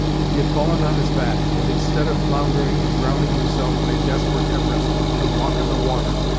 he had fallen on his back, and instead of floundering and drowning himself by desperate efforts to walk on the water,